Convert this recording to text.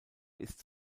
ist